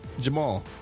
Jamal